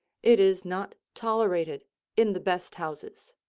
it is not tolerated in the best houses.